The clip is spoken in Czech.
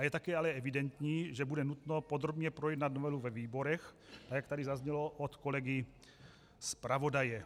Je taky ale evidentní, že bude nutno podrobně projednat novelu ve výborech, jak tady zaznělo od kolegy zpravodaje.